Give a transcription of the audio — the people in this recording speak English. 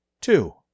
Two